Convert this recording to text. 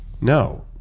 No